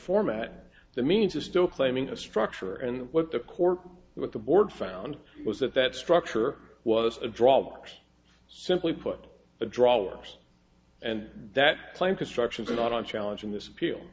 format that means it's still claiming a structure and what the court with the board found was that that structure was a drop box simply put the draw ours and that claim constructions are not on challenge in this appeal